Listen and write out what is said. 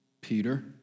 Peter